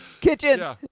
kitchen